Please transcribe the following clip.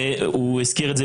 הוא הזכיר את זה,